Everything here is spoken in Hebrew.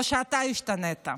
או שאתה השתנית.